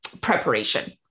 preparation